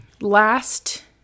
last